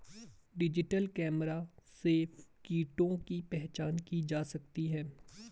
digital camera से कीटों की पहचान की जा सकती है